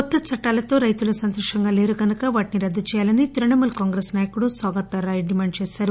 కొత్త చట్టాలతో రైతులు సంతోషంగా లేరు కనుక వాటిని రద్దు చేయాలని తృణమూల్ కాంగ్రెస్ నాయకుడు సౌగత్ రాయ్ డిమాండ్ చేశారు